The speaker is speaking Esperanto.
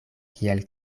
kiel